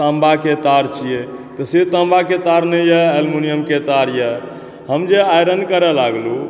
ताम्बा के तार छियै तऽ से ताम्बा के तार नहि यऽ अलमुनियम के तार यऽ हम जे आइरन करय लागलहुॅं